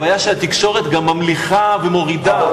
הבעיה היא שהתקשורת גם ממליכה ומורידה.